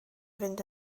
fynd